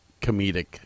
comedic